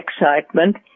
excitement